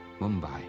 Mumbai